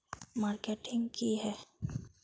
Marketing की है?